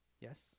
Yes